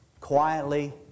quietly